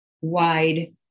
wide